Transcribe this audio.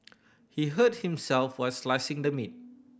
he hurt himself while slicing the meat